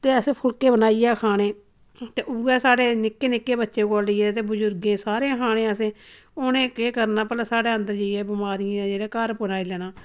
असें खाना नुआढ़ा ते असें फुल्के बनाइयै खाने ते उऐ स्हाड़े निक्के निक्के बच्चें कोलां लेइयै ते बुजुर्गें सारें खाने असें उनें केह् करना भला साढ़ै अंदर जाइयै बमारियें दे जेह्ड़े घर बनाई लैना